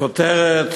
הכותרת